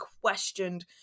questioned